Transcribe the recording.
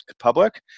public